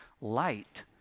light